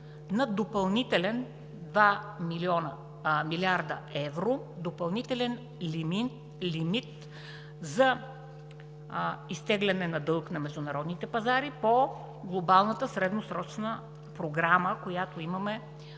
на допълнителни 2 млрд. евро, допълнителен лимит за изтегляне на дълг на международните пазари по Глобалната средносрочна програма, която е